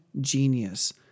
genius